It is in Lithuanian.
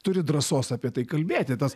turi drąsos apie tai kalbėti tas